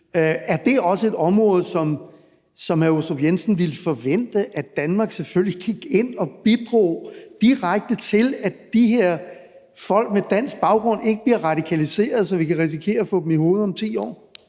Er det også et område, som hr. Michael Aastrup Jensen ville forvente at Danmark selvfølgelig gik ind og bidrog direkte til, altså at de her folk med dansk baggrund ikke bliver radikaliseret, så vi kan risikere at få dem i hovedet om 10 år?